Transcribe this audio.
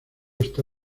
está